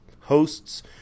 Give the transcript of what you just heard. hosts